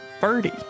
Birdie